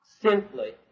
simply